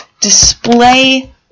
display